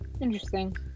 Interesting